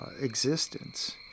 existence